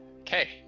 Okay